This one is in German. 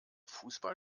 fußball